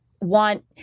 want